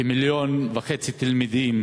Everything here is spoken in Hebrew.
כמיליון וחצי תלמידים